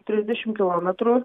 trisdešim kilometrų